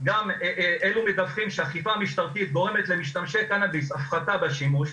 אלה גם מדווחים שאכיפה משטרתית גורמת למשתמשי קנאביס להפחתה בשימוש.